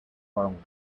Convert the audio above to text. formula